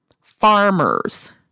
farmers